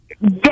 Yes